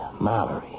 Mallory